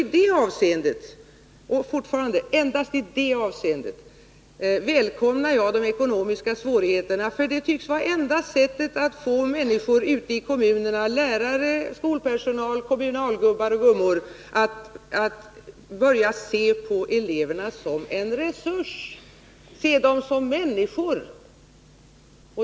I det avseendet — än en gång: endast i det avseendet — välkomnar jag de ekonomiska svårigheterna, för de tycks vara det enda som kan få människor ute i kommunerna — lärare, skolpersonal, kommunalgubbar och gummor — att börja se på eleverna som en resurs, att börja se dem som människor.